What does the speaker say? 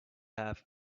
have